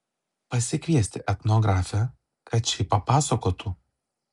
pasikviesti etnografę kad ši papasakotų